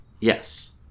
Yes